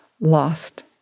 lost